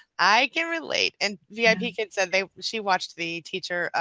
i can relate and v i p kid said they. she watched the teacher.